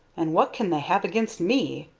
and what can they have against me?